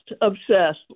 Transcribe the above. Obsessed